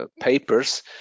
papers